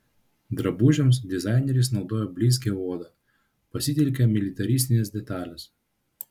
drabužiams dizaineris naudoja blizgią odą pasitelkia militaristines detales